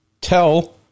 tell